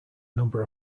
number